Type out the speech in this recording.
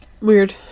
Weird